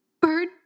bird